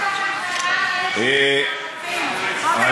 לא יעזור.